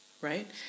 right